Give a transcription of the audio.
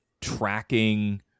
tracking